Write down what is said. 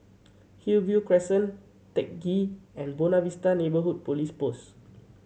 Hillview Crescent Teck Ghee and Buona Vista Neighbourhood Police Post